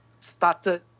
started